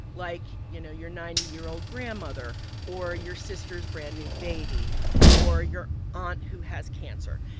like, you know, your ninety year old grandmother or your sister's brand new baby or your aunt who has cancer.